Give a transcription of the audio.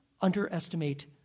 underestimate